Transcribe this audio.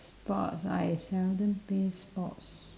sports I seldom play sports